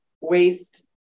waste